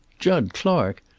jud clark!